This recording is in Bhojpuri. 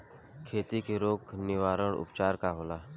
खेती के रोग निवारण उपचार का होला?